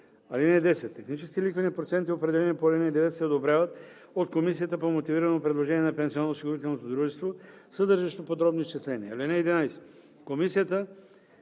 нула. (10) Техническите лихвени проценти, определени по ал. 9, се одобряват от комисията по мотивирано предложение на пенсионноосигурителното дружество, съдържащо подробни изчисления. (11)